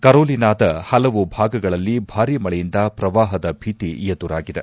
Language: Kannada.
ಕರೋಲಿನಾದ ಹಲವು ಭಾಗಗಳಲ್ಲಿ ಭಾರಿ ಮಳೆಯಿಂದ ಶ್ರವಾಹದ ಭೀತಿ ಎದುರಾಗಿದೆ